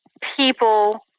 people